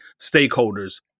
stakeholders